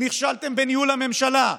נכשלתם בניהול הממשלה,